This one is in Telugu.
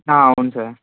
అవును సార్